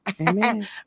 Amen